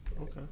Okay